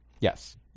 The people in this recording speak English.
Yes